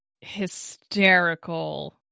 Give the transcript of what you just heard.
hysterical